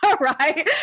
right